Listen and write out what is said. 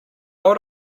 would